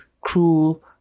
cruel